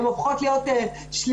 הן הופכות להיות שליחות.